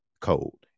cold